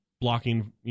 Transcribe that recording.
blocking